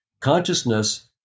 consciousness